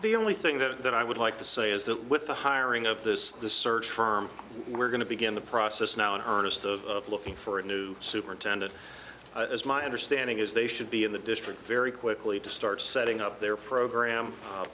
the only thing that i would like to say is that with the hiring of this the search firm we're going to begin the process now in honest of looking for a new superintendent as my understanding is they should be in the district very quickly to start setting up their program